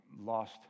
lost